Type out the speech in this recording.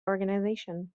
organisation